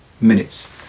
minutes